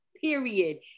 period